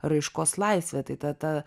raiškos laisvę tai ta ta